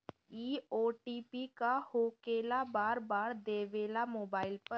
इ ओ.टी.पी का होकेला बार बार देवेला मोबाइल पर?